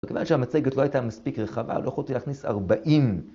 וכיוון שהמצגת לא הייתה מספיק רחבה, לא יכולתי להכניס 40.